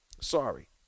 Sorry